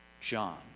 John